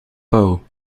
pauw